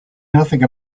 nothing